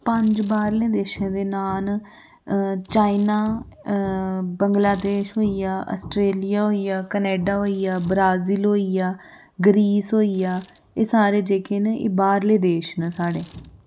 पंज बाह्रले देशें दे नांऽ न चाइना बांग्लादेश होई गेआ आस्ट्रेलिया होई गेआ कनेडा होई गेआ ब्राज़ील होई गेआ ग्रीस होई गेआ एह् सारे जेह्के न एह् बाह्रले देश ने साढ़े